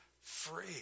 free